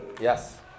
Yes